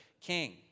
king